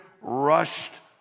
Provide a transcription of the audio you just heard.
rushed